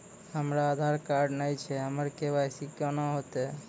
हमरा आधार कार्ड नई छै हमर के.वाई.सी कोना हैत?